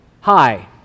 Hi